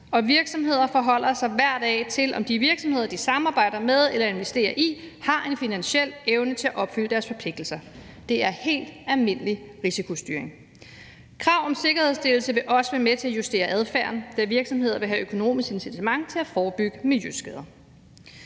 Virksomheder forholder sig hver dag til, om de virksomheder, de samarbejder med eller investerer i, har en finansiel evne til at opfylde deres forpligtelser. Det er helt almindelig risikostyring. Krav om sikkerhedsstillelse vil også være med til at justere adfærden, da virksomheder vil have økonomisk incitament til at forebygge miljøskader.